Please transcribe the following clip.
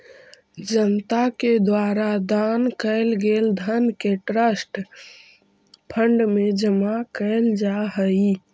जनता के द्वारा दान कैल गेल धन के ट्रस्ट फंड में जमा कैल जा हई